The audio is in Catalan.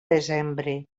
desembre